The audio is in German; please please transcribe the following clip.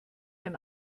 ein